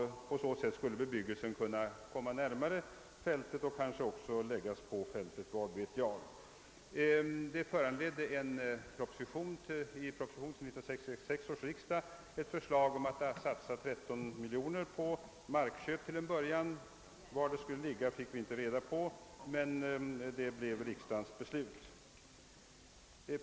På så sätt skulle bebyggelsen kunna komma närmare fältet och kanske också läggas på fältet. Detta föranledde en proposition till 1966 års riksdag med förslag om ett anslag på 13 miljoner kronor för markköp. Var fältet skulle ligga fick vi inte reda på, men riksdagen biföll ändå propositionen.